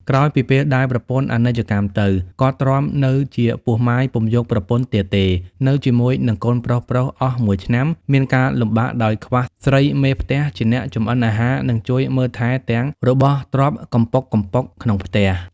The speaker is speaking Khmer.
ក្រោយពីពេលដែលប្រពន្ធអនិច្ចកម្មទៅ គាត់ទ្រាំនៅជាពោះម៉ាយពុំយកប្រពន្ធ ទៀតទេ នៅជាមួយនឹងកូនប្រុសៗអស់១ឆ្នាំ មានការលំបាកដោយខ្វះស្រីមេផ្ទះជាអ្នក ចម្អិនអាហារ និងជួយមើលថែទាំរបស់ទ្រព្យកំប៊ុកកំប៉ុកក្នុងផ្ទះ។